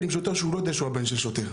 בשוטר שהוא לא יודע שהוא הבן של שוטר,